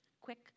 quick